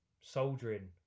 soldiering